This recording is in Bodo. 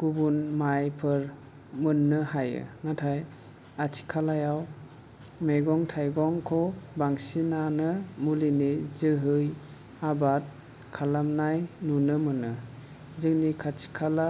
गुबुन माइफोर मोन्नो हायो नाथाय आथिखालायाव मैगं थाइगंखौ बांसिनानो मुलिनि जोहै आबाद खालामनाय नुनो मोनो जोंनि खाथि खाला